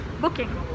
booking